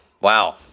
Wow